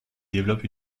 développe